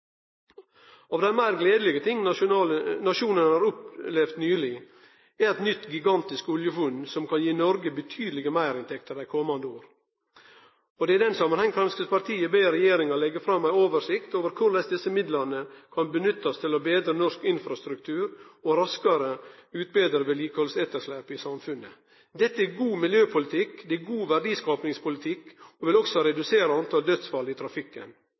Av dei meir gledelege tinga nasjonen nyleg har opplevd, er eit nytt, gigantisk oljefunn som kan gi Noreg betydelege meirinntekter dei kommande åra. I den samanhengen ber Framstegspartiet regjeringa leggje fram ei oversikt over korleis desse midlane kan brukast til å betre norsk infrastruktur og raskare utbetre vedlikehaldsetterslepet i samfunnet. Dette er god miljøpolitikk, det er god verdiskapingspolitikk, og det vil også redusere talet på dødsfall i trafikken.